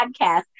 podcast